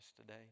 today